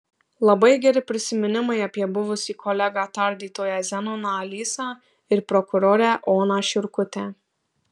labai geri prisiminimai apie buvusį kolegą tardytoją zenoną alysą ir prokurorę oną šiurkutę